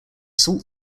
salt